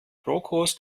rohkost